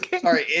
sorry